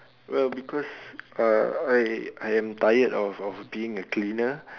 well because uh I am tired of being a cleaner